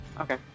Okay